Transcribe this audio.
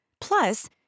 Plus